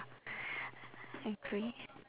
agree